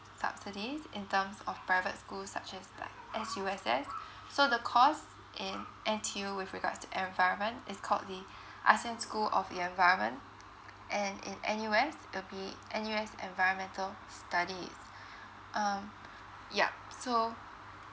subsidies in terms of private school such as the S_U_S_S so the course in N_T_U with regards to environment is called the asian school of the environment and in N_U_S will be N_U_S environmental studies um yup so